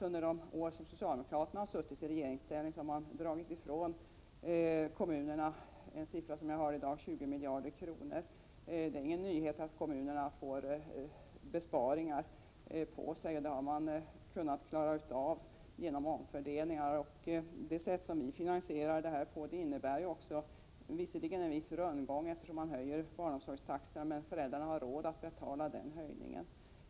Under de år som socialdemokraterna suttit i regeringsställning har de tagit ifrån kommunerna 20 miljarder kronor. Det är ingen nyhet att kommunerna drabbats av besparingar. Det har man kunnat klara genom omfördelningar. Vårt sätt att finansiera detta innebär visserligen en viss rundgång, eftersom man höjer barnomsorgstaxorna. Föräldrarna har dock råd att betala den höjningen.